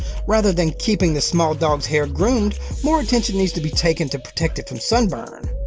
rather than keeping this small dog's hair groomed, more attention needs to be taken to protect it from sunburn.